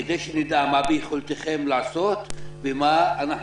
כדי שנדע מה ביכולתכם לעשות ומה אנחנו